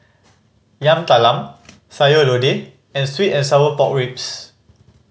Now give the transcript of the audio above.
Yam Talam Sayur Lodeh and sweet and sour pork ribs